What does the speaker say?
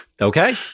Okay